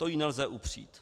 To jí nelze upřít.